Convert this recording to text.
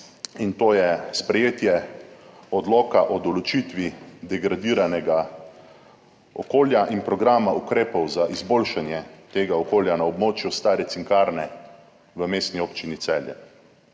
in to je sprejetje Odloka o določitvi degradiranega okolja in programa ukrepov za izboljšanje tega okolja na območju stare Cinkarne v Mestni občini Celje.